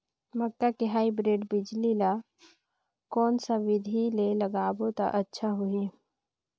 मक्का के हाईब्रिड बिजली ल कोन सा बिधी ले लगाबो त अच्छा होहि?